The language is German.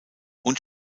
und